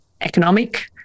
economic